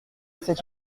c’est